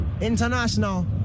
international